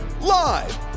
Live